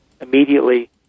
immediately